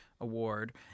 award